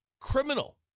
criminal